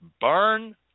Burn